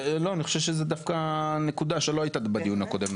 אני חושב שזו דווקא נקודה שלא הייתה בדיון הקודם,